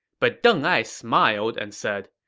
but deng ai smiled and said,